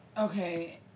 Okay